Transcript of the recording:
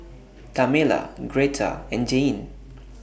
Tamela Gretta and Jayne